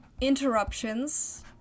Interruptions